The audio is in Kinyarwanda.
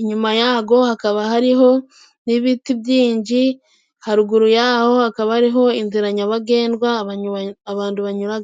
inyuma yago hakaba hariho n'ibiti byinji haruguru yaho hakaba ariho inzira nyabagendwa abandu banyuraragamo.